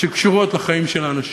שקשורות לחיים של האנשים.